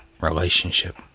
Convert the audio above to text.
relationship